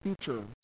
future